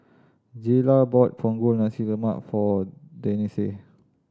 Jayla bought Punggol Nasi Lemak for Denese